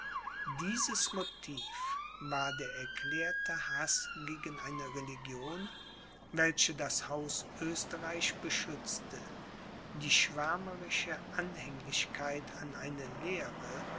dieses motiv war der erklärte haß gegen eine religion welche das haus oesterreich beschützte die schwärmerische anhänglichkeit an eine lehre